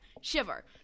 shiver